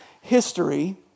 history